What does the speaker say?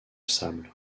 sable